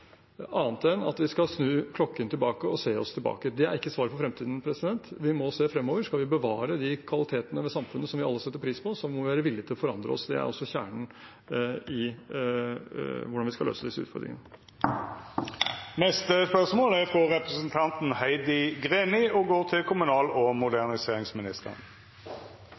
annet enn at vi skal snu klokken tilbake og se oss tilbake. Det er ikke svaret for fremtiden. Vi må se fremover. Skal vi bevare de kvalitetene ved samfunnet som vi alle setter pris på, må vi være villige til å forandre oss. Det er også kjernen i hvordan vi skal løse disse utfordringene. «Statsråden skrev i innlegg i Adresseavisen 21. februar at det fortsatt er for mange små kommuner, og